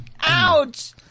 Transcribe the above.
Ouch